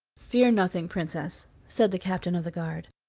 fear nothing, princess, said the captain of the guard.